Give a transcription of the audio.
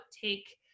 take